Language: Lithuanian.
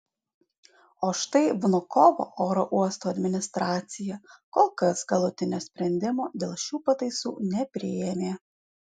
o štai vnukovo oro uosto administracija kol kas galutinio sprendimo dėl šių pataisų nepriėmė